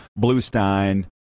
Bluestein